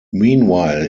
meanwhile